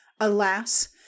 Alas